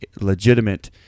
legitimate